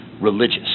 religious